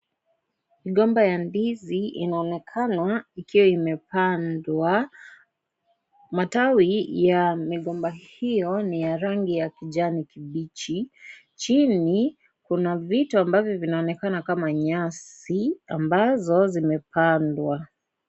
Migomba ya ndizi inaonekana ikiwa imepandwa. Matawi ya migomba hio ni ya kijani kibichi. Chini kuna vitu ambavyo vinaonekana kama nyasi ambazo zimepandwa.